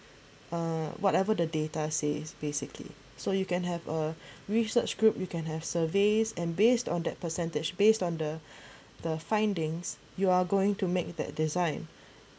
uh whatever the data says basically so you can have a research group you can have surveys and based on that percentage based on the the findings you are going to make that design